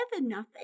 nothing